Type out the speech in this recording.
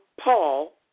Paul